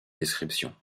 description